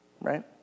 right